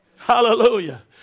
Hallelujah